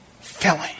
filling